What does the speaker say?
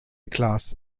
klaas